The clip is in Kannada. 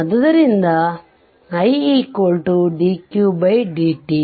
ಆದ್ದರಿಂದ ನಾನು dq dt